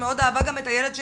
שמאוד אהבה את הילד שליוויתי,